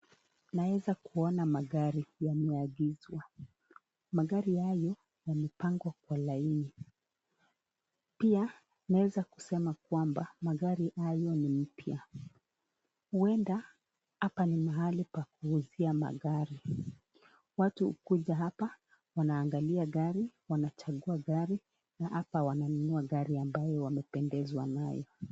Naweza kuona magari yameagizwa. Magari hayo yamepangwa kwa laini. Pia naweza kusema kwamba magari hayo ni mpya, huenda hapa ni mahali pa kuuzia magari, watu hukuja hapa, wanaangalia gari, wanachagua gari na hapa wananua gari ambayo wamependezwa nayo.